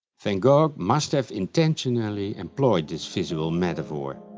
van gogh must have intentionally employed this visual metaphor.